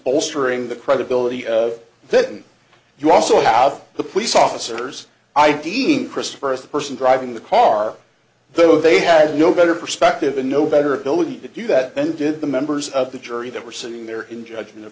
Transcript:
bolstering the credibility of that and you also have the police officers i deem christopher as the person driving the car though they had no better perspective and no better ability to do that then did the members of the jury that were sitting there in judgment